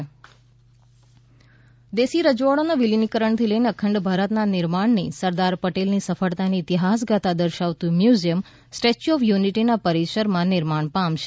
stay ચ્યુ of unity museum દેશી રજવાડાઓના વિલીનીકરણથી લઇને અખંડ ભારતના નિર્માણની સરદાર પટેલની સફળતાની ઇતિહાસગાથા દર્શાવતું મ્યુઝિયમ સ્ટેચ્યુ ઓફ યુનિટીના પરિસરમાં નિર્માણ પામશે